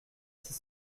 six